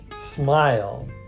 smile